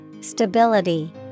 Stability